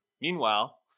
meanwhile